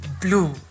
blue